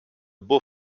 beau